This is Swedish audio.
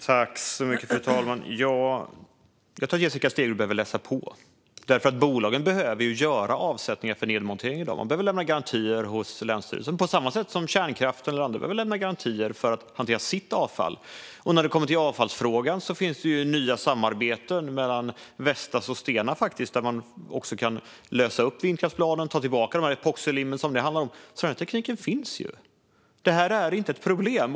Fru talman! Jag tror att Jessica Stegrud behöver läsa på. Bolagen behöver göra avsättningar för nedmontering i dag. De behöver lämna garantier hos länsstyrelsen, på samma sätt som kärnkraften eller andra behöver lämna garantier för att hantera sitt avfall. När det kommer till avfallsfrågan finns det nya samarbeten mellan Vestas och Stena där man också kan lösa upp vindkraftsbladen och ta vara på de epoxilim som det handlar om. Den tekniken finns. Detta är inte ett problem.